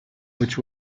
which